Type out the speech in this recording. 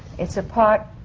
it's a part.